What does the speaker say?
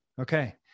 Okay